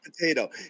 potato